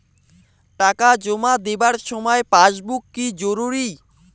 টাকা জমা দেবার সময় পাসবুক কি জরুরি?